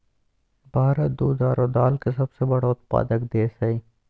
भारत दूध आरो दाल के सबसे बड़ा उत्पादक देश हइ